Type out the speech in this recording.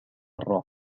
الراب